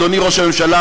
אדוני ראש הממשלה,